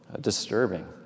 disturbing